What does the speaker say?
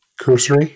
Cursory